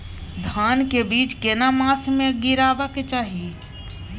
धान के बीज केना मास में गीराबक चाही?